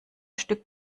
stück